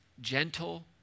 gentle